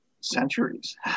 centuries